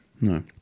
no